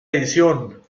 edición